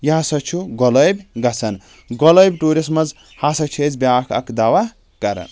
یہِ ہسا چھُ گۄلٲبۍ گژھان گۄلٲبۍ ٹوٗرِس منٛز ہسا چھِ أسۍ بیاکھ اکھ دوا کران